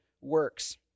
works